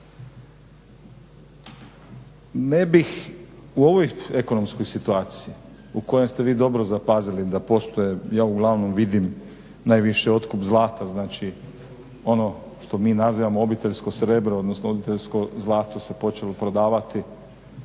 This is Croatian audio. Ne bih u ovoj ekonomskoj situaciji u kojoj ste vi dobro zapazili da postoje ja uglavnom vidim najviše otkup zlata, ono što mi nazivamo obiteljsko srebro odnosno obiteljsko zlato se počelo prodavati